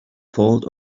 fault